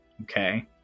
Okay